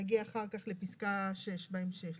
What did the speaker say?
נגיע אחר כך לפסקה (6) בהמשך